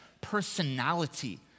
personality